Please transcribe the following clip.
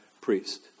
priest